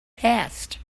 passed